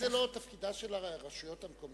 האם זה לא תפקידן של הרשויות המקומיות?